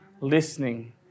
listening